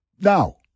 Now